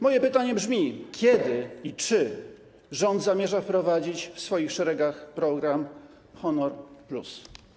Moje pytanie brzmi: Kiedy i czy rząd zamierza wprowadzić w swoich szeregach program honor+?